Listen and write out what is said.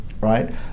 right